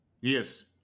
Yes